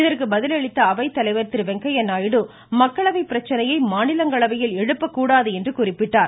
இதற்கு பதிலளித்த அவை தலைவர் திரு வெங்கையா நாயுடு மக்களவை பிரச்னையை மாநிலங்களவையில் எழுப்பக்கூடாது என்று குறிப்பிட்டார்